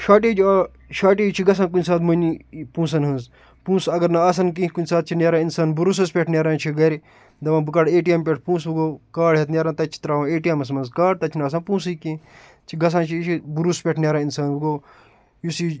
shortage آ shortage چھِ گژھان کُنہِ ساتہٕ مٔنی یہِ پونٛسَن ہٕنٛز پونٛسہٕ اَگر نہٕ آسَن کیٚنٛہہ کُنہِ ساتہٕ چھِ نیران اِنسان بروسَس پٮ۪ٹھ نیران چھِ گَرِ دَپان بہٕ کَڑٕ اے ٹی اٮ۪م پٮ۪ٹھ پونٛسہٕ وۄنۍ گوٚو کاڈ ہٮ۪تھ نیران تَتہِ چھِ ترٛاوان اے ٹی اٮ۪مَس منٛز کاڈ تَتہِ چھِنہٕ آسان پونٛسٕے کیٚنٛہہ چھِ گژھان چھِ یہِ چھِ بروس پٮ۪ٹھ نیران اِنسان وۄنۍ گوٚو یُس یہِ